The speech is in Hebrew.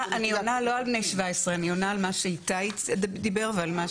אני עונה לא על בני 17. אני עונה על מה שאיתי דיבר ועל מה